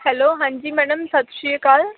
hello ਹਾਂਜੀ madam Sat Sri ਅਕਾਲ